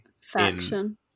Faction